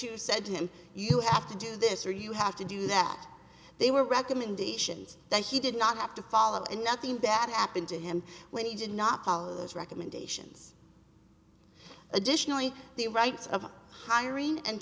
set him you have to do this or you have to do that they were recommendations that he did not have to follow and nothing bad happened to him when he did not follow his recommendations additionally the rights of hiring and